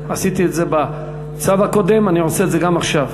עשיתי את זה בצו הקודם, אני עושה את זה גם עכשיו,